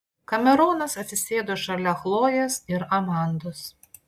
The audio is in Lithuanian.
kameronas atsisėdo šalia chlojės ir amandos